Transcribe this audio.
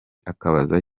akabaza